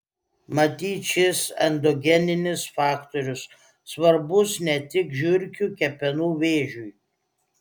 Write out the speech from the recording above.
matyt šis endogeninis faktorius svarbus ne tik žiurkių kepenų vėžiui